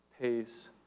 pays